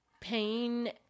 pain